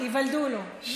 ייוולדו לו.